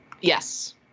Yes